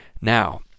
now